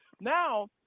now